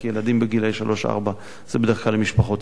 גילאי שלוש-ארבע זה בדרך כלל למשפחות צעירות,